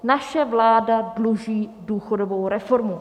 Naše vláda dluží důchodovou reformu.